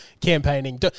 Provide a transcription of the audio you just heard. campaigning